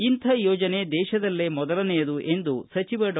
ಇಂಥ ಯೋಜನೆ ದೇಶದಲ್ಲೇ ಮೊದಲನೆಯದು ಎಂದು ಡಾ